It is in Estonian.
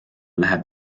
läheb